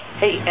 hey